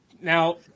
Now